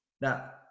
now